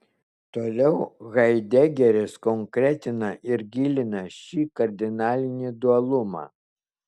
toliau haidegeris konkretina ir gilina šį kardinalinį dualumą